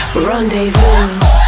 Rendezvous